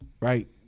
Right